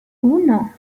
uno